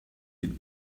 den